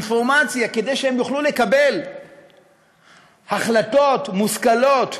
אינפורמציה, כדי שהם יוכלו לקבל החלטות מושכלות.